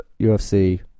UFC